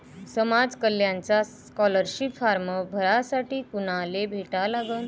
समाज कल्याणचा scholarship form भरासाठी कुनाले भेटा लागन?